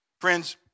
friends